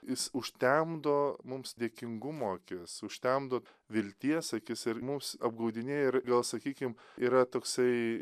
jis užtemdo mums dėkingumo akis užtemdo vilties akis ir mums apgaudinėja ir gal sakykim yra toksai